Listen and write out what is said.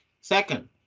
Second